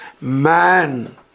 man